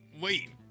Wait